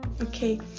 Okay